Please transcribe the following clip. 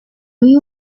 you